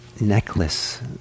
necklace